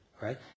right